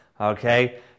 Okay